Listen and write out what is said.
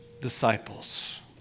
disciples